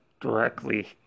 directly